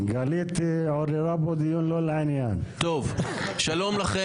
שיהיה לכם